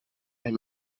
him